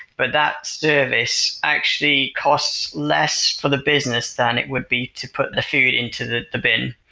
but that service actually costs less for the business than it would be to put the food into the the bin.